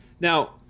Now